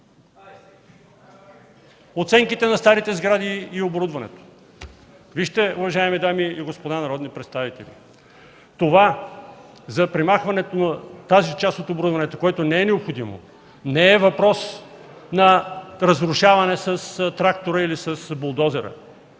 оценките на старите сгради и оборудването. Вижте, уважаеми дами и господа народни представители, това за премахването на оборудването, което не е необходимо, не е въпрос на разрушаване с трактора или с булдозера.